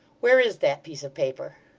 where is that piece of paper